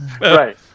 right